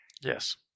Yes